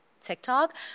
TikTok